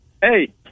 hey